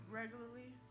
regularly